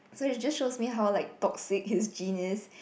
so you just shows me how like toxic his genius